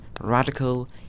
radical